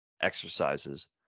exercises